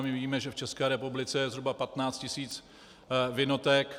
My víme, že v České republice je zhruba 15 tisíc vinoték.